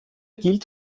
gilt